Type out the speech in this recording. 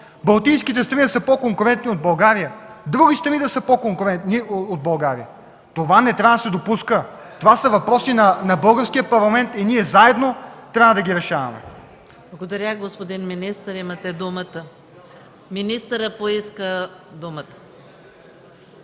балтийските страни да са по-конкурентни от България, други страни да са по-конкурентни от България. Това не трябва да се допуска. Това са въпроси на Българския парламент и ние заедно трябва да ги решаваме.